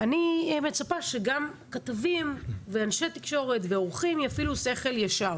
אני מצפה שגם כתבים ואנשי תקשורת ועורכים יפעילו שכל ישר.